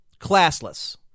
Classless